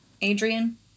Adrian